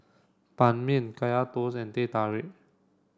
Ban Mian Kaya Toast and Teh Tarik